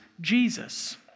Jesus